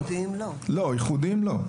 לא, בייחודיים לא.